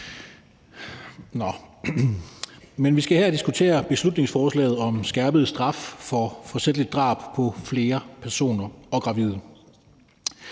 vi skal her diskutere beslutningsforslaget om skærpet straf for forsætligt drab på flere personer og gravide.